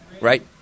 right